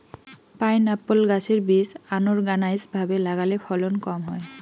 pineapple গাছের বীজ unorganised ভাবে লাগালে ফলন কম হয়